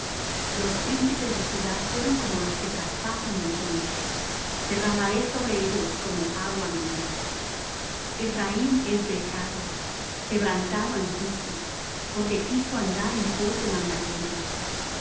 los príncipes de judá fueron como los que traspasan mojones derramaré sobre ellos como agua mi ira ephraim es vejado quebrantado en juicio porque quiso andar en pos de mandamientos